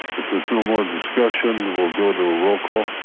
as there is no more discussion. we'll go to a roll call.